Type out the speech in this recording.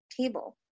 table